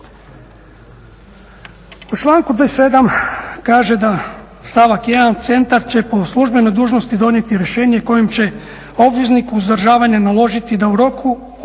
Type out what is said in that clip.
U članku 27. kaže da stavak 1. "Centar će po službenoj dužnosti donijeti rješenje kojim će obvezniku uzdržavanja naložiti da u roku od